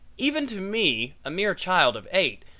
even to me, a mere child of eight,